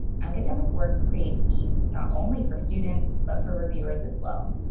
academic works creates ease not only for students but for reviewers as well.